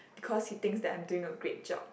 because he thinks that I'm doing a great job